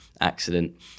accident